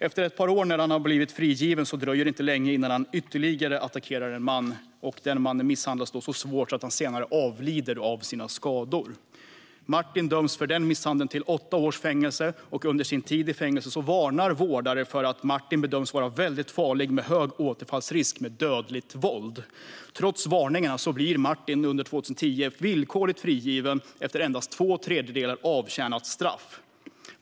Efter ett par år när han har blivit frigiven dröjer det inte länge innan han attackerar ytterligare en man. Den mannen misshandlas så svårt att han senare avlider av sina skador. Martin döms för den misshandeln till åtta års fängelse. Under Martins tid i fängelset varnar vårdare för att han bedöms vara väldigt farlig med hög risk att återfalla i brott med dödligt våld. Trots varningarna blir Martin under 2010 villkorligt frigiven efter att ha avtjänat endast två tredjedelar av sitt straff.